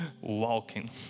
walking